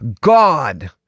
God